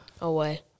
Away